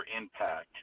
impact